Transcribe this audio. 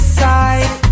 side